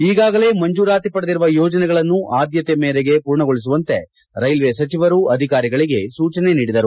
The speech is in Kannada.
ಈಗಾಗಲೇ ಮಂಜೂರಾತಿ ಪಡೆದಿರುವ ಯೋಜನೆಗಳನ್ನು ಆದ್ಯತೆಯ ಮೇಲೆ ಪೂರ್ಣಗೊಳಿಸುಂತೆ ರೈಲ್ವೇ ಸಚಿವರು ಅಧಿಕಾರಿಗಳಿಗೆ ಸೂಚನೆ ನೀಡಿದರು